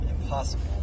impossible